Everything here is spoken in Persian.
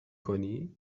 کنی